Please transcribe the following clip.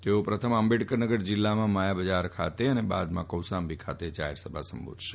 તેઓ પ્રથમ આંબેડકરનગર જીલ્લામાં માયા બજાર ખાતે અને બાદમાં કૌસાંબી ખાતે જાહેરસભા સંબોધશે